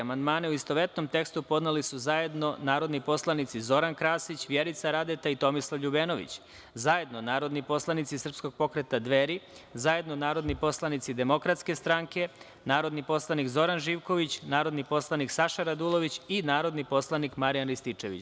Amandmane, u istovetnom tekstu, podneli su zajedno narodni poslanici Zoran Krasić, Vjerica Radeta i Tomislav LJubenović, zajedno narodni poslanici Srpskog pokreta „Dveri“, zajedno narodni poslanici Demokratske stranke, narodni poslanik Zoran Živković, narodni poslanik Saša Radulović i narodni poslanik Marijan Rističević.